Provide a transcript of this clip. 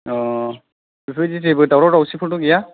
ओ बिफोरबायदि जेबो दावराव दावसिफोरथ' गैया